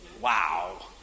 Wow